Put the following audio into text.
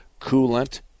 Coolant